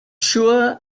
sure